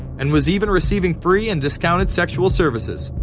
and was even receiving. free and discounted sexual services.